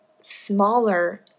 smaller